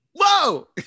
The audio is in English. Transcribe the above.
Whoa